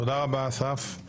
תודה רבה, אסף.